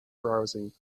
browsing